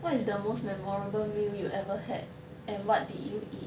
what is the most memorable meal you ever had and what did you eat